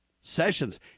Sessions